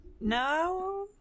No